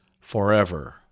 forever